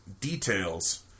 Details